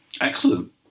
Excellent